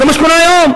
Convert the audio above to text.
זה מה שקורה היום.